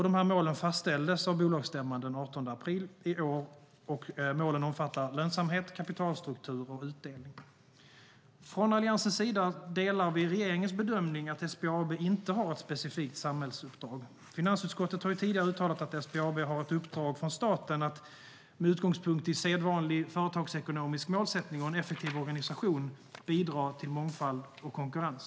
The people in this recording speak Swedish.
De här målen fastställdes av bolagsstämman den 18 april i år. Målen omfattar lönsamhet, kapitalstruktur och utdelning. Från Alliansens sida delar vi regeringens bedömning att SBAB inte har ett specifikt samhällsuppdrag. Finansutskottet har tidigare uttalat att SBAB har ett uppdrag från staten att med utgångspunkt i sedvanlig företagsekonomisk målsättning och en effektiv organisation bidra till mångfald och konkurrens.